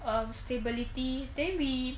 um stability then we